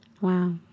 Wow